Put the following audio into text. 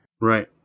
Right